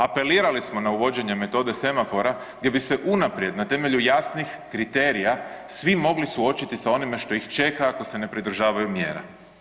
Apelirali smo na uvođenje metode semafora gdje bi se unaprijed na temelju jasnih kriterija svi mogli suočiti sa onime što ih čeka ako se ne pridržavaju mjera.